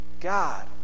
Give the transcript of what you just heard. God